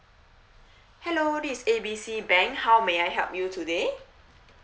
hello this is A B C bank how may I help you today